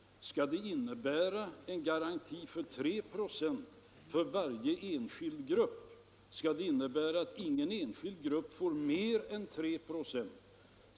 Skall det innebära en garanti för 3 procent för varje enskild grupp? Skall det innebära att ingen enskild grupp får mer än 3 procent?